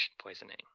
poisoning